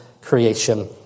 creation